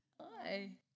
Hi